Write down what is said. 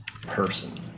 person